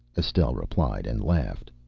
estelle replied, and laughed.